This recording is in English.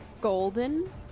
golden